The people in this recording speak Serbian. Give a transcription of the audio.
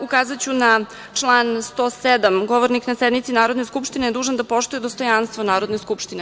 Ukazaću na član 107, govornik na sednici Narodne skupštine je dužan da poštuje dostojanstvo Narodne skupštine.